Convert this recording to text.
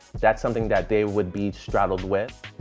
that's something that they would be straddled with.